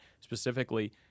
specifically